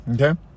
okay